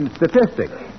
statistics